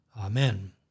Amen